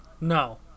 no